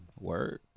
Word